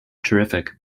terrific